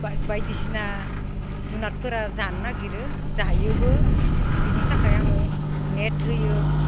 बायदिसिना जुनादफोरा जानो नागिरो जायोबो बेनि थाखाय आङो नेट होयो